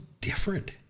different